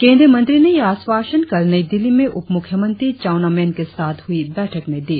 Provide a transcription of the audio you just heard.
केंद्रीय मंत्री ने यह आश्वासन कल नई दिल्ली में उप मुख्यमंत्री चाउना मैन के साथ हुई बैठक में दी